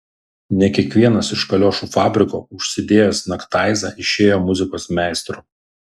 ne kiekvienas iš kaliošų fabriko užsidėjęs naktaizą išėjo muzikos meistru